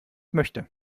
möchte